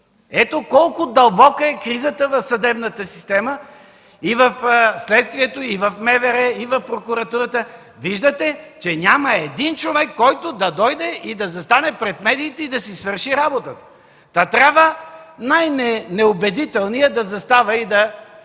Ето колко дълбока е кризата в съдебната система и в следствието, и в МВР, и в прокуратурата. Виждате, че няма един човек, който да дойде, да застане пред медиите и да си свърши работата, та трябва най-неубедителният да застава и да